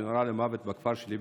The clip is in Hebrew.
שנורה למוות בכפר שלי,